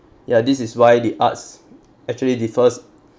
ya this is why the arts actually the first